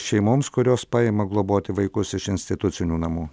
šeimoms kurios paima globoti vaikus iš institucinių namų